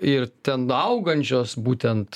ir ten augančios būtent